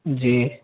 جی